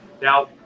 now